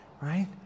right